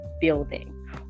building